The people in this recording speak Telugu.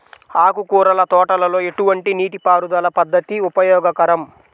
ఆకుకూరల తోటలలో ఎటువంటి నీటిపారుదల పద్దతి ఉపయోగకరం?